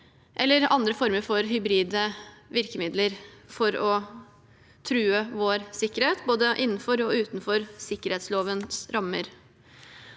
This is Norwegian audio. eller andre former for hybride virkemidler for å true vår sikkerhet, både innenfor og utenfor sikkerhetslovens rammer.